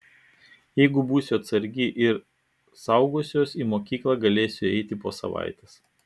jeigu būsiu atsargi ir saugosiuosi į mokyklą galėsiu eiti po savaitės